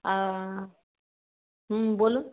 আ হুম বলুন